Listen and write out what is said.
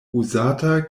uzata